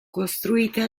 costruita